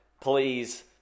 please